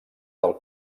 del